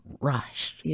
Rush